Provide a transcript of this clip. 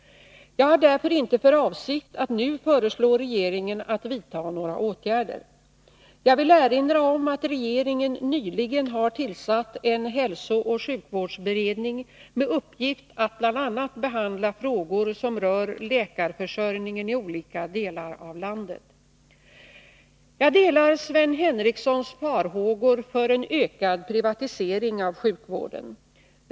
Jag har därför inte för avsikt att nu föreslå regeringen att vidta några åtgärder. Jag vill erinra om att regeringen nyligen har tillsatt en hälsooch sjukvårdsberedning med uppgift att bl.a. behandla frågor som rör läkarförsörjningen i olika delar av landet. Jag delar Sven Henricssons farhågor för en ökad privatisering av sjukvården.